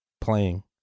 playing